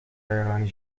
رانی